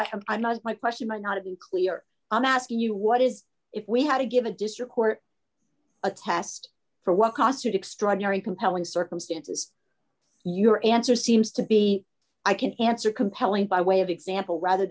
not my question might not have been clear i'm asking you what is if we had to give a district court a test for what costed extraordinary compelling circumstances your answer seems to be i can answer compelling by way of example rather